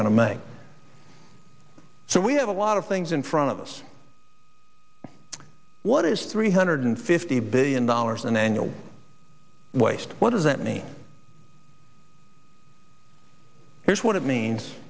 going to make so we have a lot of things in front of us what is three hundred fifty billion dollars in annual waste what does that mean here's what it means